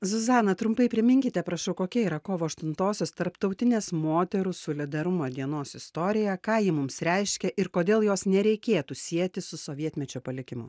zuzana trumpai priminkite prašau kokia yra kovo aštuntosios tarptautinės moterų solidarumo dienos istorija ką ji mums reiškia ir kodėl jos nereikėtų sieti su sovietmečio palikimu